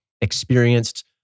experienced